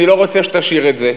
אני לא רוצה שתשיר את זה,